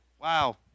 Wow